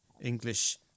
English